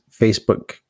Facebook